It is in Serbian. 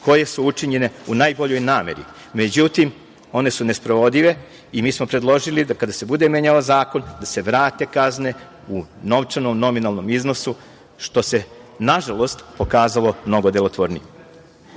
koje su učinjene u najboljoj nameri. Međutim, one su nesprovodive i mi smo predložili kada se bude menjao zakon da se vrate kazne u novčanom nominalno iznosu, što se nažalost pokazalo mnogo delotvornije. Što